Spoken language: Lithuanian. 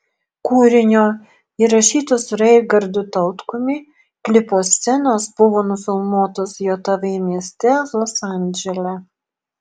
kūrinio įrašyto su raigardu tautkumi klipo scenos buvo nufilmuotos jav mieste los andžele